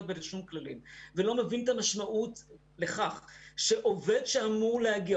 ולשום כללים ולא מבין את המשמעות לכך שעובד שאמור להגיע,